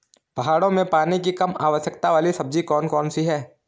पहाड़ों में पानी की कम आवश्यकता वाली सब्जी कौन कौन सी हैं?